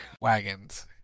wagons